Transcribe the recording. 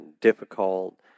difficult